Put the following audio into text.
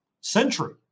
century